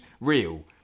real